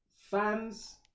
fans